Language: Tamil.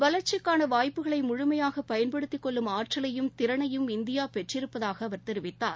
வளர்ச்சிக்கான வாய்ப்புகளை முழுமையாக பயன்படுத்திக் கொள்ளும் ஆற்றலையும் திறனையும் இந்தியா பெற்றிருப்பதாக அவர் தெரிவித்தார்